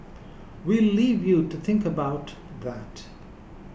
we'll leave you to think about that